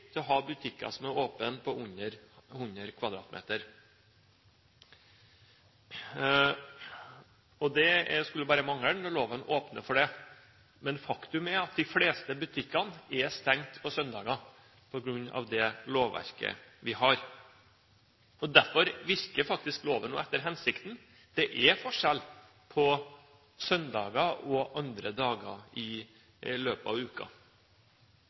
til å ha åpne butikker på under 100 m2– det skulle bare mangle, når loven åpner for det – men faktum er at de fleste butikkene er stengt på søndager på grunn av det lovverket vi har. Derfor virker faktisk loven etter hensikten, det er forskjell på søndager og andre dager i